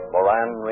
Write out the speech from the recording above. Moran